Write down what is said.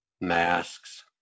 masks